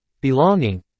belonging